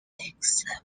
takes